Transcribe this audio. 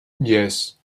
yes